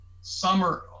summer